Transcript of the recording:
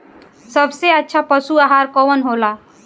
सबसे अच्छा पशु आहार कवन हो ला?